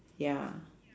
ya